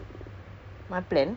to